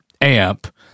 amp